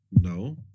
No